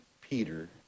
peter